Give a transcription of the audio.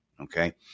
Okay